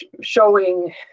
showing